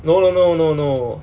no no no no no